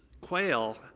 quail